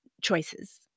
choices